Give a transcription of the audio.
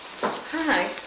Hi